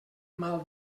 mal